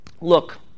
Look